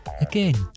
Again